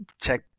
check